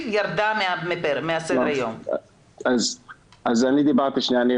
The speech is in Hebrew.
נראה לצערי הרב עוד גילויים של חולים אונקולוגיים שלא הצליחו להגיע ולבצע